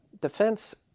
Defense